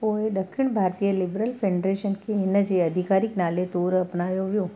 पोइ ॾखिण भारतीय लिबरल फेंडरेशन खे हिन जे आधिकारिक नाले तौरु अपनायो वियो